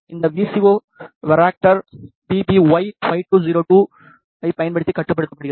இந்த V C O varactor P P ஒய்52 02 ஐப் பயன்படுத்தி கட்டுப்படுத்தப்படுகிறது